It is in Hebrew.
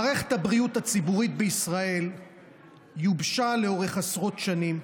מערכת הבריאות הציבורית בישראל יובשה לאורך עשרות שנים,